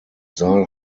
saal